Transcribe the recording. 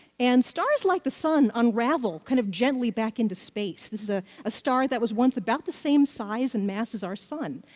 and stars like the sun unravel kind of gently back into space. this is a ah star that was once about the same size and mass as our sun.